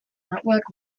network